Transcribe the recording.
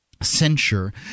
censure